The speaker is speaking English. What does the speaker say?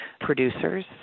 producers